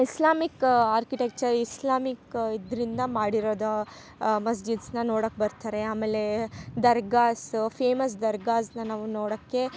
Islamic architecture Islamic ಇದರಿಂದ ಮಾಡಿರೋದೊ ಮಸ್ಜಿದ್ಸ್ನ ನೋಡಕೆ ಬರ್ತಾರೆ ಆಮೇಲೆ ದರ್ಗಾಸ್ ಫೇಮಸ್ ದರ್ಗಾಸ್ನ ನಾವು ನೋಡಕ್ಕೆ